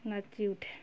ନାଚି ଉଠେ